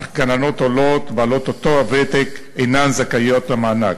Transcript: אך גננות עולות בעלות אותו הוותק אינן זכאיות למענק.